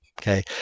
okay